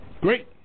Great